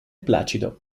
placido